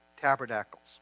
Tabernacles